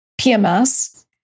PMS